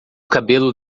cabelo